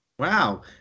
Wow